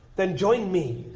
then join me,